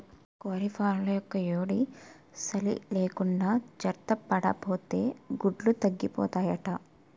కోళ్లఫాంలో యెక్కుయేడీ, సలీ లేకుండా జార్తపడాపోతే గుడ్లు తగ్గిపోతాయట